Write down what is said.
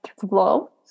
flow